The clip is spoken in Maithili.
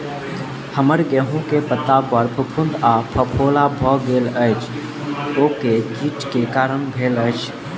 हम्मर गेंहूँ केँ पत्ता पर फफूंद आ फफोला भऽ गेल अछि, ओ केँ कीट केँ कारण भेल अछि?